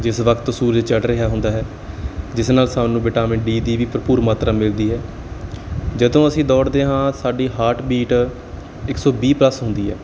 ਜਿਸ ਵਕਤ ਸੂਰਜ ਚੜ੍ਹ ਰਿਹਾ ਹੁੰਦਾ ਹੈ ਜਿਸ ਨਾਲ ਸਾਨੂੰ ਵਿਟਾਮਿਨ ਡੀ ਦੀ ਵੀ ਭਰਪੂਰ ਮਾਤਰਾ ਮਿਲਦੀ ਹੈ ਜਦੋਂ ਅਸੀਂ ਦੌੜਦੇ ਹਾਂ ਸਾਡੀ ਹਾਰਟਬੀਟ ਇੱਕ ਸੌ ਵੀਹ ਪਲੱਸ ਹੁੰਦੀ ਹੈ